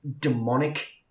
demonic